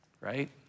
right